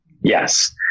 Yes